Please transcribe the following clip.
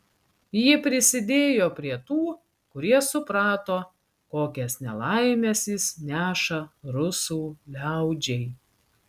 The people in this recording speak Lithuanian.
ji prisidėjo prie tų kurie suprato kokias nelaimes jis neša rusų liaudžiai